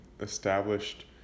established